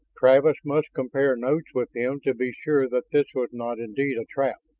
travis must compare notes with him to be sure that this was not indeed a trap.